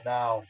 now